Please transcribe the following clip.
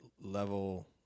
level